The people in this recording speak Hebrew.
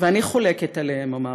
"אני חולקת עליהם", אמרתי,